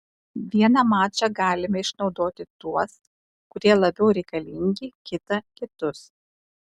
vieną mačą galime išnaudoti tuos kurie labiau reikalingi kitą kitus